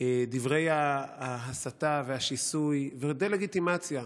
דברי ההסתה והשיסוי הדה-לגיטימציה.